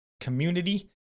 community